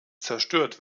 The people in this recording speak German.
zerstört